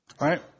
right